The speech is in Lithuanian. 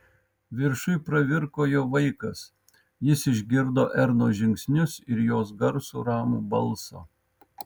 viršuj pravirko jo vaikas jis išgirdo ernos žingsnius ir jos garsų ramų balsą